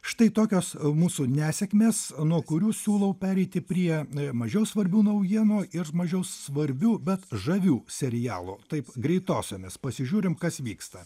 štai tokios mūsų nesėkmės nuo kurių siūlau pereiti prie mažiau svarbių naujienų mažiau svarbių bet žavių serialų taip greitosiomis pasižiūrim kas vyksta